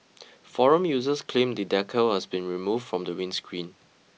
forum users claimed the decal has been removed from the windscreen